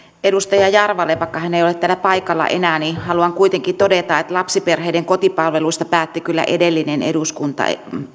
edustaja jarvalle vaikka hän ei ole täällä paikalla enää haluan kuitenkin todeta että lapsiperheiden kotipalvelusta päätti kyllä edellinen eduskunta